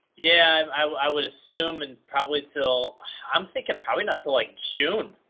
yeah, i would assume. and probably till i'm thinking probably not till like june?